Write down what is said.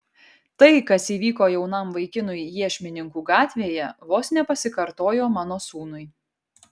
tai kas įvyko jaunam vaikinui iešmininkų gatvėje vos nepasikartojo mano sūnui